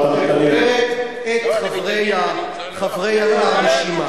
את חברי הרשימה.